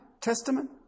Testament